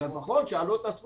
אז ללפחות שיעלו את הסכום,